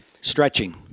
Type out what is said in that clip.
Stretching